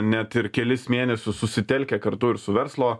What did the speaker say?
net ir kelis mėnesius susitelkę kartu ir su verslo